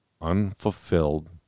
Unfulfilled